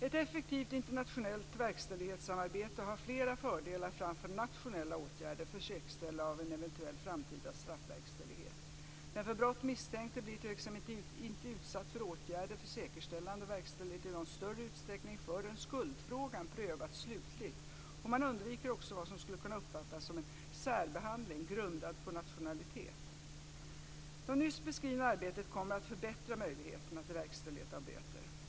Ett effektivt internationellt verkställighetssamarbete har flera fördelar framför nationella åtgärder för säkerställande av en eventuell framtida straffverkställighet. Den för brott misstänkte blir t.ex. inte utsatt för åtgärder för säkerställande av verkställighet i någon större utsträckning förrän skuldfrågan prövats slutligt, och man undviker också vad som skulle kunna uppfattas som en särbehandling grundad på nationalitet. Det nyss beskrivna arbetet kommer att förbättra möjligheterna till verkställighet av böter.